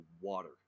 water